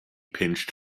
pinched